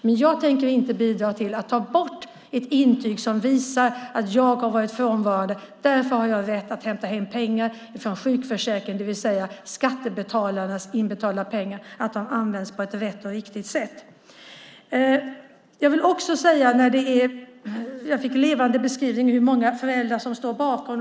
Men jag tänker inte bidra till att ta bort ett intyg som visar att man har varit frånvarande och därför har rätt att hämta hem pengar från sjukförsäkringen, det vill säga skattebetalarnas inbetalda pengar. Det handlar om att de används på ett rätt och riktigt sätt. Jag fick en levande beskrivning av hur många föräldrar som står bakom.